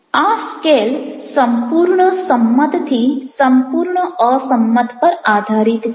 આ સ્કેલ સંપૂર્ણ સંમત થી સંપૂર્ણ અસંમત પર આધારિત છે